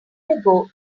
ago